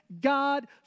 God